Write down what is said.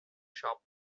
shop